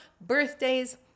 birthdays